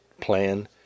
plan